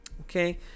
Okay